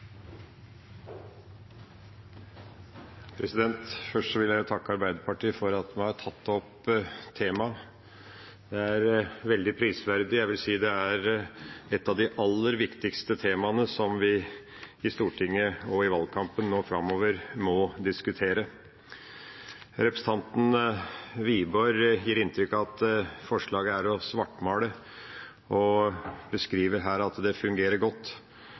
Først vil jeg takke Arbeiderpartiet for at de har tatt opp temaet. Det er veldig prisverdig, jeg vil si det er et av de aller viktigste temaene som vi i Stortinget og i valgkampen nå framover må diskutere. Representanten Wiborg gir inntrykk av at forslaget er å svartmale, og beskriver her at det fungerer godt,